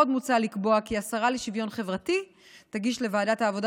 עוד מוצע לקבוע כי השרה לשוויון חברתי תגיש לוועדת העבודה